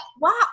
Wow